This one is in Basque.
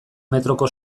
metroko